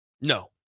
No